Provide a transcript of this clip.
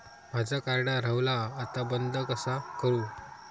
माझा कार्ड हरवला आता बंद कसा करू?